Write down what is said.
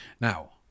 Now